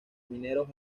mineros